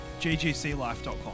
ggclife.com